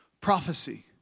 Prophecy